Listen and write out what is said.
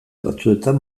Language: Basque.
batzuetan